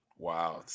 Wow